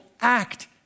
act